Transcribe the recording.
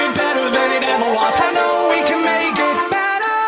and better than it ever was i know we can make